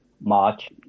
March